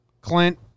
Clint